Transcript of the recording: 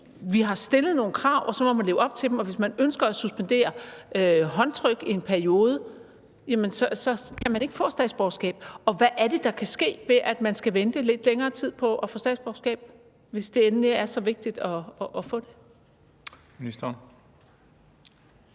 Vi har stillet nogle krav, og så må man leve op til dem, og hvis det ønskes at suspendere håndtryk i en periode, jamen så kan man ikke få statsborgerskab. Og hvad er det, der kan ske, ved at man skal vente lidt længere tid på at få statsborgerskab, hvis det endelig er så vigtigt at få det?